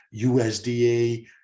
USDA